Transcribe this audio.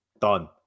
done